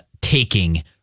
taking